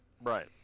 Right